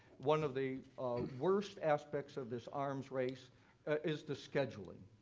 one of the worst aspects of this arms race is the scheduling.